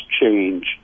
change